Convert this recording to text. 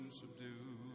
subdue